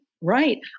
right